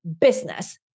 business